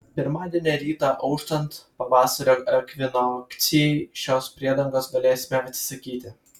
pirmadienio rytą auštant pavasario ekvinokcijai šios priedangos galėsime atsisakyti